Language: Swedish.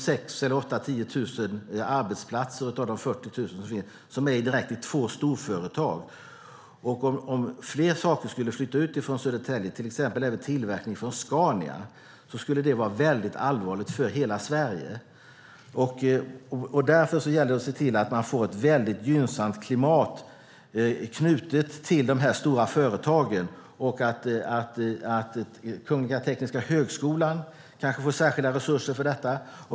6 000-10 000 arbetsplatser av de 40 000 som finns är i två storföretag. Om fler saker skulle flytta ut från Södertälje, till exempel även tillverkning från Scania, skulle det vara allvarligt för hela Sverige. Därför gäller det att se till att man får ett gynnsamt klimat knutet till de här stora företagen. Kungliga Tekniska högskolan kanske kan få särskilda resurser för detta.